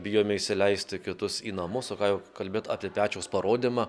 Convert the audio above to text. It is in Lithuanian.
bijome įsileisti kitus į namus o ką jau kalbėt apie pečiaus parodymą